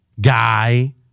guy